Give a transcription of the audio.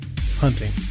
Hunting